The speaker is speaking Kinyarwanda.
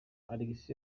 alex